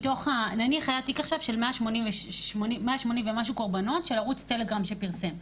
נניח היה תיק עכשיו של 180 ומשהו קורבנות של ערוץ טלגרם שפרסם.